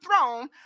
throne